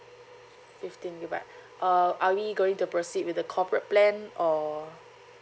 fifteen gigabyte uh are we going to proceed with the corporate plan or